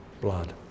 blood